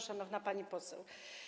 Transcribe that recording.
Szanowna Pani Poseł!